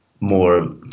more